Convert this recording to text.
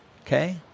Okay